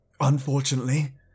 Unfortunately